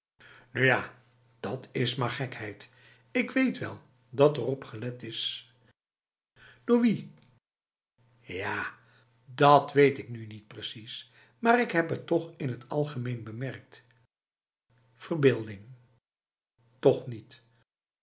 ja dat is maar gekheid ik weet wel dat erop gelet is door wie ja dat weet ik nu niet precies maar ik heb t toch in het algemeen bemerkt verbeelding toch nietf